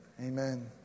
Amen